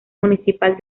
municipal